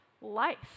life